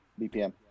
BPM